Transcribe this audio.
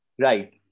Right